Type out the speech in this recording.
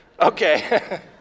okay